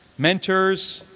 mentors,